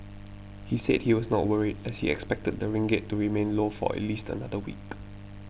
he said he was not worried as he expected the ringgit to remain low for at least another week